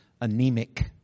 anemic